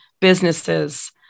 businesses